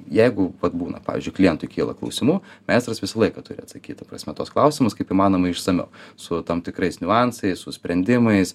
jeigu vat būna pavyzdžiui klientui kyla klausimų meistras visą laiką turi atsakyt ta prasme tuos klausimus kaip įmanoma išsamiau su tam tikrais niuansais su sprendimais